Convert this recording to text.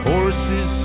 Horses